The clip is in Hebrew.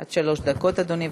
עד שלוש דקות, אדוני.